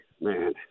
man